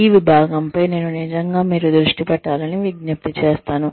ఈ విభాగం పై నేను నిజంగా మీరు దృష్టి పెట్టాలని విజ్ఞప్తి చేస్తాను